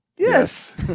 Yes